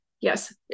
yes